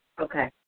Okay